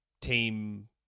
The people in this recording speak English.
team